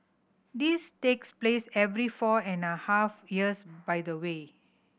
this takes place every four and a half years by the way